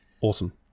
awesome